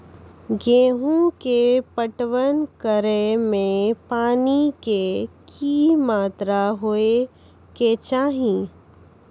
गेहूँ के पटवन करै मे पानी के कि मात्रा होय केचाही?